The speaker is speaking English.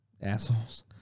assholes